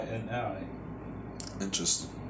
Interesting